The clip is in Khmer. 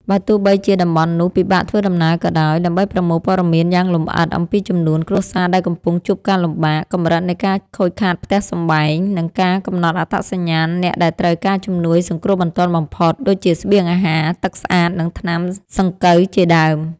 បើទោះបីជាតំបន់នោះពិបាកធ្វើដំណើរក៏ដោយ ដើម្បីប្រមូលព័ត៌មានយ៉ាងលម្អិតអំពីចំនួនគ្រួសារដែលកំពុងជួបការលំបាក កម្រិតនៃការខូចខាតផ្ទះសម្បែង និងការកំណត់អត្តសញ្ញាណអ្នកដែលត្រូវការជំនួយសង្គ្រោះបន្ទាន់បំផុត ដូចជាស្បៀងអាហារ ទឹកស្អាត និងថ្នាំសង្កូវជាដើម។